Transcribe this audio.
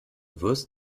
wirst